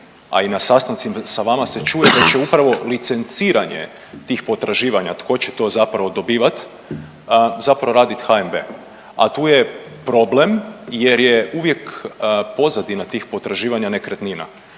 a i na sastancima sa vama se čuje da će upravo licenciranje tih potraživanja tko će to zapravo dobivat, zapravo radit HNB, a tu je problem jer je uvijek pozadina tih potraživanja nekretnina.